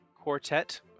quartet